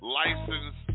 license